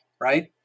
right